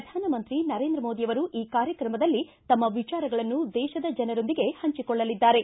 ಪ್ರಧಾನಮಂತ್ರಿ ನರೇಂದ್ರಮೋದಿ ಅವರು ಈ ಕಾರ್ಯಕ್ರಮದಲ್ಲಿ ತಮ್ಮ ವಿಚಾರಗಳನ್ನು ದೇಶದ ಜನರೊಂದಿಗೆ ಹಂಚಿಕೊಳ್ಳಲಿದ್ದಾರೆ